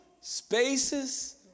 spaces